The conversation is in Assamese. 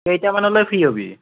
কেইটামানলৈ ফ্ৰী হ'বি